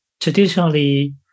traditionally